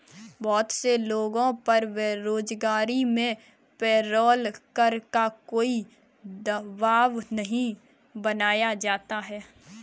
बहुत से लोगों पर बेरोजगारी में पेरोल कर का कोई दवाब नहीं बनाया जाता है